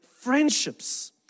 friendships